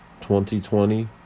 2020